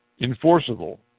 enforceable